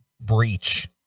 breach